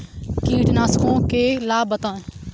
कीटनाशकों के लाभ बताएँ?